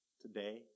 today